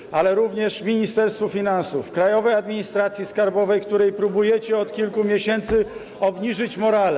Sobie za... ...ale również Ministerstwu Finansów, Krajowej Administracji Skarbowej, której próbujecie od kilku miesięcy obniżyć morale.